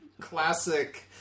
classic